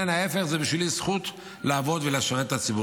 להפך, זו זכות לעבוד ולשרת את הציבור.